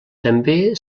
també